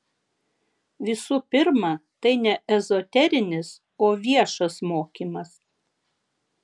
visų pirma tai ne ezoterinis o viešas mokymas